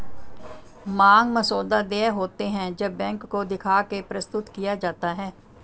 मांग मसौदा देय होते हैं जब बैंक को दिखा के प्रस्तुत किया जाता है